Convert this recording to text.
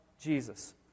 Jesus